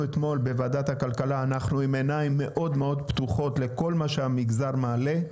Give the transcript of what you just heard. בוועדת הכלכלה עם עיניים מאוד מאוד פקוחות לכל מה שהמגזר מעלה.